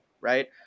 right